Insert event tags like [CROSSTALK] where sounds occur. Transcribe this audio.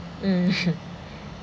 [LAUGHS] mm